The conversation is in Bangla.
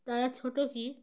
তারা ছোটো কি